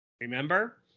remember